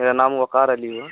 میرا نام وقار علی ہے